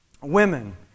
women